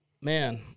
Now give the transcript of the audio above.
man